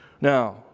Now